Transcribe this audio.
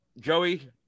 Joey